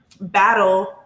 Battle